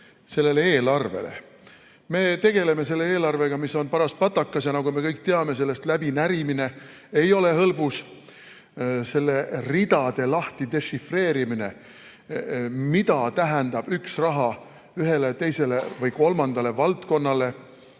sellele eelarvele. Me tegeleme selle eelarvega, mis on paras patakas ja nagu me kõik teame, sellest läbinärimine ei ole hõlbus. Selle ridade dešifreerimine, mida tähendab üks summa ühele, teisele või kolmandale valdkonnale